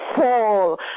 fall